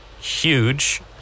Huge